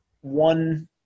one